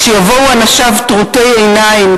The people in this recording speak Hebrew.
כשיבואו אנשיו טרוטי עיניים,